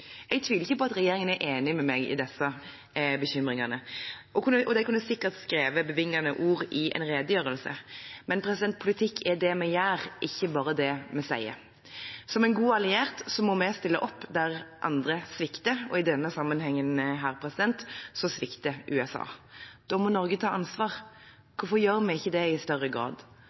Jeg tviler ikke på at regjeringen er enig med meg i disse bekymringene, og de kunne sikkert skrevet bevingede ord i en redegjørelse. Men politikk er det vi gjør, ikke bare det vi sier. Som en god alliert må vi stille opp der andre svikter, og i denne sammenhengen svikter USA. Da må Norge ta ansvar. Hvorfor gjør vi ikke det i større grad?